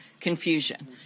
confusion